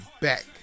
back